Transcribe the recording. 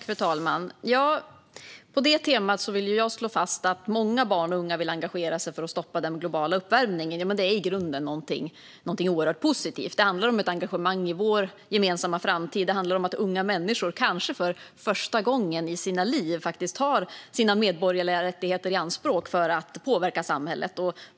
Fru ålderspresident! Att många barn och unga vill engagera sig för att stoppa den globala uppvärmningen är i grunden något oerhört positivt. Det handlar om ett engagemang i vår gemensamma framtid och om att unga människor, kanske för första gången i sina liv, tar sina medborgerliga rättigheter i anspråk för att påverka samhället.